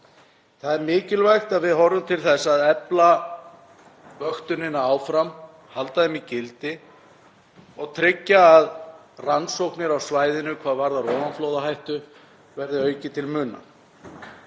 Það er mikilvægt að við horfum til þess að efla vöktunina áfram, halda henni í gildi og tryggja að rannsóknir á svæðinu hvað varðar ofanflóðahættu verði auknar til muna.